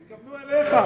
הם התכוונו אליך.